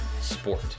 sport